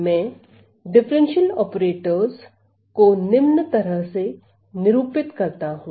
मैं अवकल ऑपरेटरस को निम्न तरह से निरूपित करता हूं